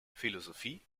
philosophie